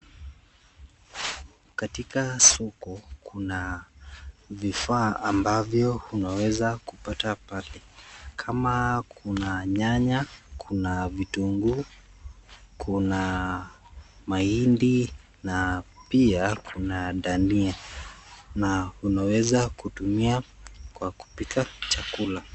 Katika soko kuna vifaa ambavyo unaweza kupata pale kama kuna nyanya, kuna vitunguu, kuna mahindi na pia kuna dania na unaweza kutumia kwa kupika chakula.